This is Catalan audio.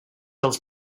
els